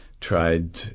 tried